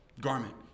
garment